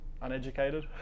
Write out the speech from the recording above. uneducated